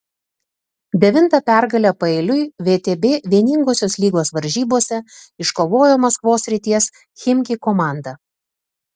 devintą pergalę paeiliui vtb vieningosios lygos varžybose iškovojo maskvos srities chimki komanda